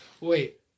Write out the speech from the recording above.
Wait